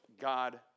God